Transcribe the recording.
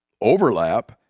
overlap